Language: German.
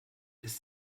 ist